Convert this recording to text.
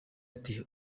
ati